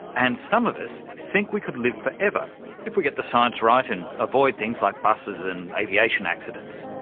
and some of us think we could live forever if we get the science right and avoid things like buses and aviation accidents.